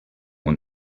want